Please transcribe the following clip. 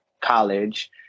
college